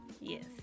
yes